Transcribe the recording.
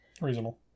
reasonable